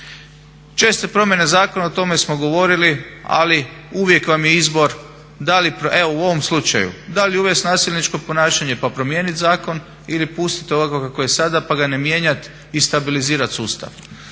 Česte promjene zakona, o tome smo govorili, ali uvijek vam je izbor evo u ovom slučaju da li uvesti nasilničko ponašanje pa promijeniti zakon ili pustiti ovako kako je sada pa ga ne mijenjati i stabilizirati sustav.